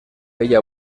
ella